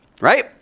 right